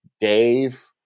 Dave